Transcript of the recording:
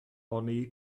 oni